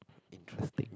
interesting